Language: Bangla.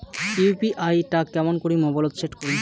ইউ.পি.আই টা কেমন করি মোবাইলত সেট করিম?